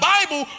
Bible